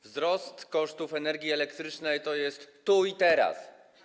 Wzrost kosztów energii elektrycznej jest tu i teraz.